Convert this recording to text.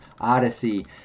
Odyssey